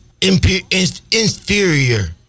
inferior